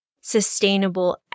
sustainable